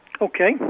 Okay